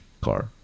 car